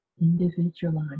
individualized